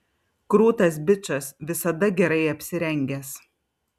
krūtas bičas visada gerai apsirengęs